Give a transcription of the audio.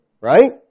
right